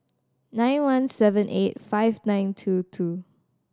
nine one seven eight five nine two two